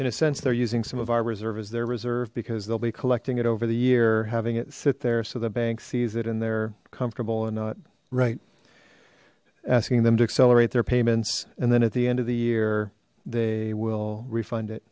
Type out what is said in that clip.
in a sense they're using some of our reserve as their reserve because they'll be collecting it over the year having it sit there so the bank sees it and they're comfortable or not right asking them to accelerate their payments and then at the end of the year they will refund